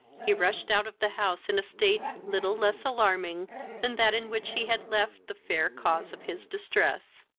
he rushed out of the house in a state little less alarming than that in which he had left the fair cause of his distress.